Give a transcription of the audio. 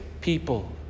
people